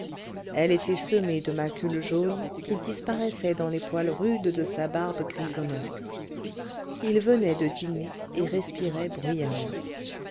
elle était semée de macules jaunes qui disparaissaient dans les poils rudes de sa barbe grisonnante il venait de dîner et respirait bruyamment